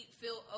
feel